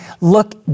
look